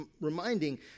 reminding